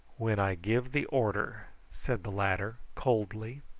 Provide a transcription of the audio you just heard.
when i give the order, said the latter coldly.